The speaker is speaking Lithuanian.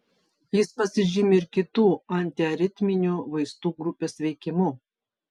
jis pasižymi ir kitų antiaritminių vaistų grupės veikimu